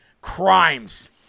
crimes